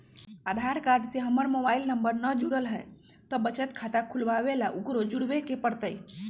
आधार card से हमर mobile number न जुरल है त बचत खाता खुलवा ला उकरो जुड़बे के पड़तई?